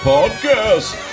Podcast